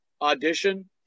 audition